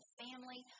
family